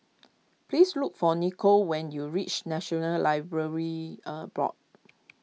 please look for Nico when you reach National Library a Board